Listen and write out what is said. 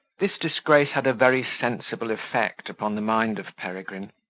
this disgrace had a very sensible effect upon the mind of peregrine,